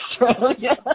Australia